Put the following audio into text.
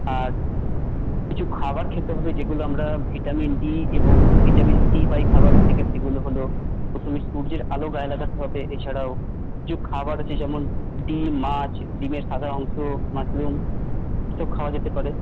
আর কিছু খাবার খেতে হবে যেগুলো আমরা ভিটামিন ডি এবং ভিটামিন সি পাই খাবার থেকে সেগুলো হল প্রথমে সূর্যের আলো গায়ে লাগাতে হবে এছাড়াও কিছু খাবার আছে যেমন ডিম মাছ ডিমের সাদা অংশ মাশরুম এসব খাওয়া যেতে পারে